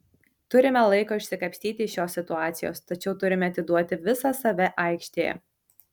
turime laiko išsikapstyti iš šios situacijos tačiau turime atiduoti visą save aikštėje